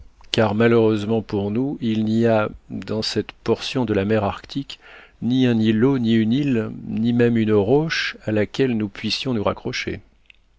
car malheureusement pour nous il n'y a dans toute cette portion de la mer arctique ni un îlot ni une île ni même une roche à laquelle nous puissions nous raccrocher